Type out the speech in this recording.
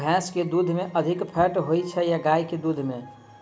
भैंस केँ दुध मे अधिक फैट होइ छैय या गाय केँ दुध में?